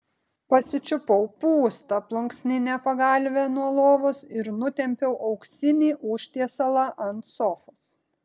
pasičiupau pūstą plunksninę pagalvę nuo lovos ir nutempiau auksinį užtiesalą ant sofos